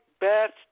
best